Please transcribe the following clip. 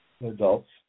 adults